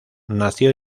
nació